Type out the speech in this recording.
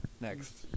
next